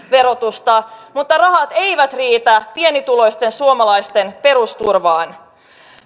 verotusta mutta rahat eivät riitä pienituloisten suomalaisten perusturvaan